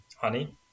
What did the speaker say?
honey